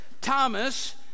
Thomas